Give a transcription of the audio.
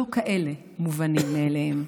לא כאלה מובנים מאליהם.